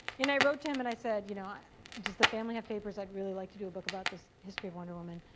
and i wrote to him. and i said, you know does the family have papers. i'd really like to do a book about this history of wonder woman.